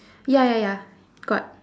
ya ya ya got